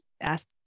ask